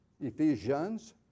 Ephesians